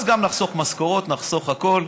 אז גם נחסוך משכורות, נחסוך הכול.